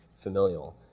familial,